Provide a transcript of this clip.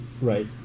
Right